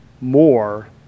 more